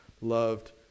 loved